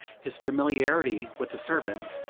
his familiarity with the servants,